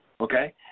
okay